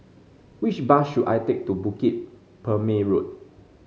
which bus should I take to Bukit Purmei Road